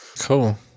Cool